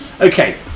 okay